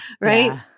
right